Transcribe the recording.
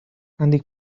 handik